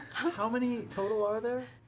how many total are there?